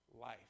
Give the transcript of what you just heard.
life